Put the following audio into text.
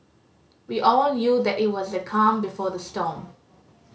we all knew that it was the calm before the storm